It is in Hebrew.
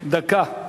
דקה.